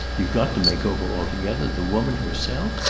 you've got to make over altogether the woman herself?